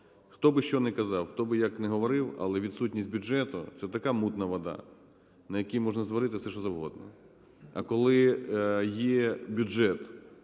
Хто би що не казав, хто би як не говорив, але відсутність бюджету – це така мутна вода, на якій можна зварити все, що завгодно.